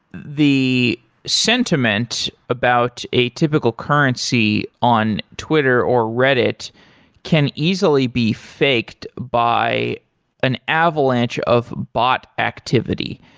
the sentiment about a typical currency on twitter or reddit can easily be faked by an avalanche of bot activity.